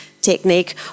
technique